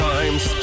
Times